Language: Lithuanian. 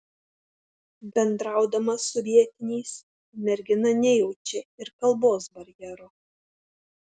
bendraudama su vietiniais mergina nejaučia ir kalbos barjero